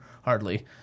hardly